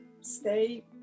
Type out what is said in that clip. stay